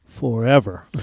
forever